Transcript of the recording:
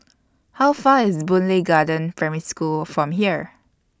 How Far IS Boon Lay Garden Primary School from here